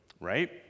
right